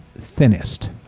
thinnest